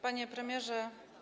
Panie Premierze!